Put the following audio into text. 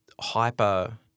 hyper